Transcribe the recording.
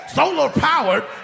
solar-powered